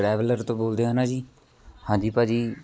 traveller ਤੋਂ ਬੋਲਦੇ ਹੋ ਨਾ ਜੀ ਹਾਂਜੀ ਭਾਅ ਜੀ